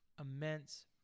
immense